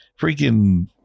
freaking